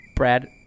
Brad